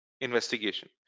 investigation